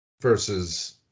versus